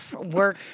work